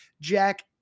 Jack